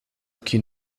qui